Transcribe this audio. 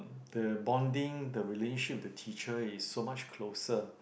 the bonding the relationship the teacher is so much closer